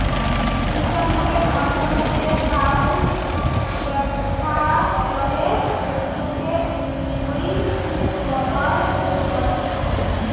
ইন্টারনেটের মাধ্যমে যে ফাল ব্যপছা চলে সেটোকে ই কমার্স কহে